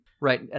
Right